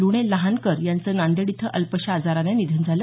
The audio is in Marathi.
लोणे लहानकर यांचं नांदेड इथं अल्पशा आजारानं निधन झालं